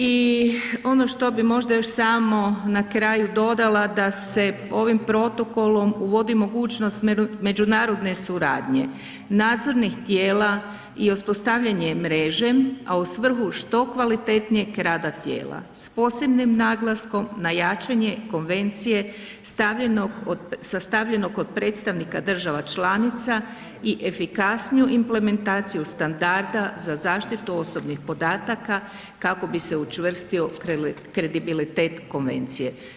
I ono što bi možda još samo na kraju dodala da se ovim protokolom uvodi mogućnost međunarodne suradnje nadzornih tijela i uspostavljanje mreže, a u svrhu što kvalitetnijeg rada tijela s posebnim naglaskom na jačanje konvencije sastavljenog od predstavnika država članica i efikasniju implementaciju standarda za zaštitu osobnih podataka kako bi se učvrstio kredibilitet konvencije.